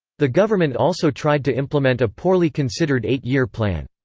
the government also tried to implement a poorly considered eight-year plan.